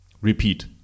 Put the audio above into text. Repeat